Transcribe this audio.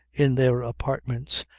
in their apartments,